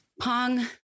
Pong